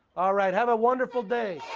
all right. have a wonderful day